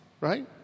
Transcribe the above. right